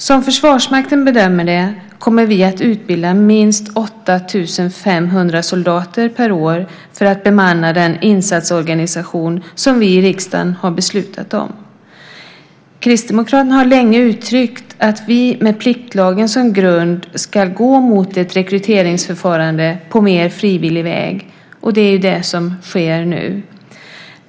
Som Försvarsmakten bedömer det kommer vi att utbilda minst 8 500 soldater per år för att bemanna den insatsorganisation som vi i riksdagen har beslutat om. Kristdemokraterna har länge uttryckt att vi med pliktlagen som grund ska gå mot ett rekryteringsförfarande på mer frivillig väg. Det är det som sker nu.